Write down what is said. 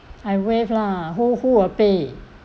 I waive lah who who will pay